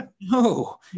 No